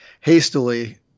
hastily